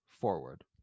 forward